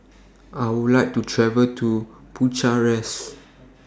I Would like to travel to Bucharest